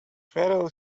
fairly